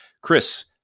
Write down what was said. Chris